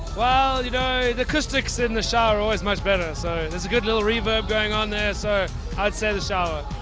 well you know, the acoustics in the shower are always much better so there's a good little reverb going on there so i'd say shower.